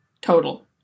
total